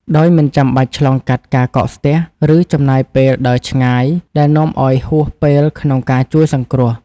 ដោយមិនចាំបាច់ឆ្លងកាត់ការកកស្ទះ ឬចំណាយពេលដើរឆ្ងាយ ដែលនាំឱ្យហួសពេលក្នុងការជួយសង្គ្រោះ។